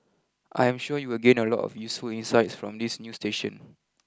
I am sure you will gain a lot of useful insights from this new station